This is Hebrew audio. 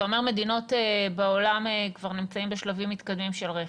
אתה אומר שמדינות בעולם כבר נמצאות בשלבים מתקדמים של רכש.